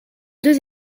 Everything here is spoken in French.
deux